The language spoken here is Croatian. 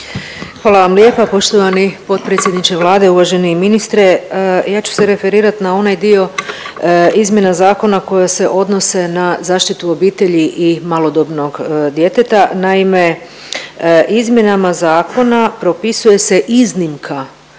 Hvala vam lijepa. Poštovani potpredsjedniče Vlade i uvaženi ministre. Ja ću se referirat na onaj dio izmjene zakona koje se odnose na zaštitu obitelji i malodobnog djeteta. Naime, izmjenama zakona propisuje se iznimka